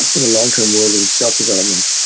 and the long term world and of self-development.